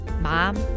mom